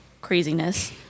craziness